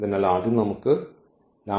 അതിനാൽ ആദ്യം നമുക്ക് ഇത്